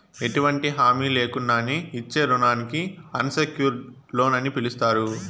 ఎటువంటి హామీ లేకున్నానే ఇచ్చే రుణానికి అన్సెక్యూర్డ్ లోన్ అని పిలస్తారు